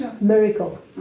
Miracle